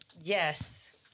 yes